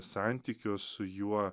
santykio su juo